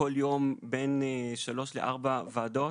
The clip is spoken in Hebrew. בכל יום בין שלוש לארבע ועדות.